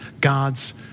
God's